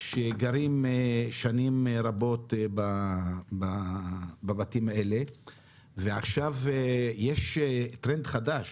שגרים שנים רבות בבתים האלה ועכשיו יש טרנד חדש